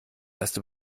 erste